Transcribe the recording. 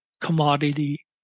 commodity